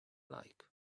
like